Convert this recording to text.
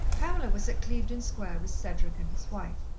pamela was at clevedon square with cedric and his wife.